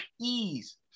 ease